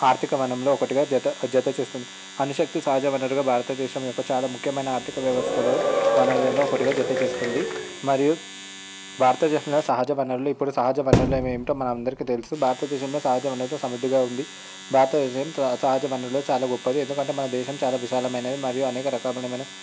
ఆర్థిక వనంలో ఒకటిగా జత జత చేస్తుంది అను శక్తిని సహజ వనరులుగా భారతదేశం యొక్క చాలా ముఖ్యమైన ఆర్థిక వ్యవస్థలో వనరుల్లో ఒకటిగా జత చేస్తుంది మరియు సహజ వనరులు ఇప్పుడు సహజ వనరులు ఏంటో మనందరికీ తెలుసు భారతదేశంలో సహజ వనరులు సమృద్ధిగా ఉంది భారతదేశం సహజ వనరుల చాలా ఉత్పత్తిని ఎందుకంటే మన దేశం చాలా విశాలమైనది మరియు అనేక రకమునుమైన